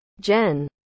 Jen